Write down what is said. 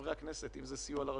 חברי הכנסת אם זה סיוע לרשויות,